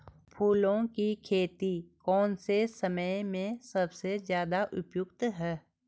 फूलों की खेती कौन से समय में सबसे ज़्यादा उपयुक्त है?